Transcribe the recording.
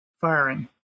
firing